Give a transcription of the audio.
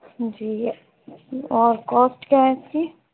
جی اور کوسٹ کیا ہے اِس کی